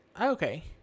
Okay